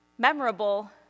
memorable